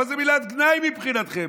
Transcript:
למה זו מילת גנאי מבחינתכם?